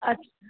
আচ্ছা